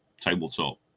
tabletop